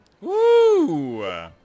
Woo